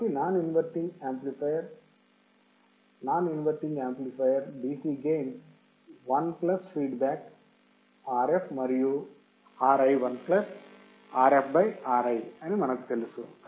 కాబట్టి non inverting amplifier non inverting amplifier dc gain 1 plus feedback Rf మరియు Ri1 plus Rf by Ri అని మనకు తెలుసు